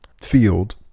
field